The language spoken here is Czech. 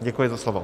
Děkuji za slovo.